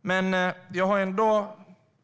Men jag har